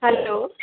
hello